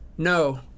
No